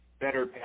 better